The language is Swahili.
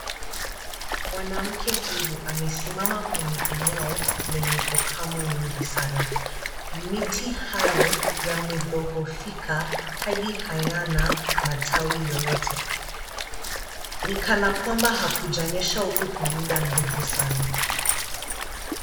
Mwanamke huyu amesimama kwenye eneo lenye ukamwe nyingi sana. Miti hayo yamedhohifika hadi hayana matawi yoyote. Ni kana kwamba hakujanyesha huku kwa muda mrefu sana.